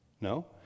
No